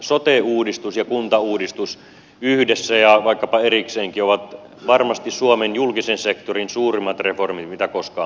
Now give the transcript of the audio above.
sote uudistus ja kuntauudistus yhdessä ja vaikkapa erikseenkin ovat varmasti suomen julkisen sektorin suurimmat reformit mitä koskaan on tehty